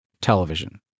Television